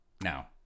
now